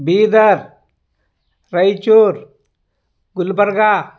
Bidar Raichur Gulbarga